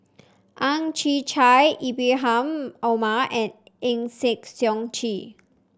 Ang Chwee Chai Ibrahim Omar and Eng Chee